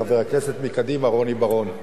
חבר הכנסת מקדימה רוני בר-און,